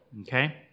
okay